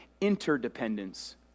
interdependence